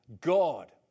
God